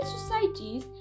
societies